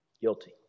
Guilty